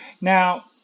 Now